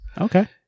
Okay